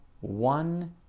one